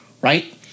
Right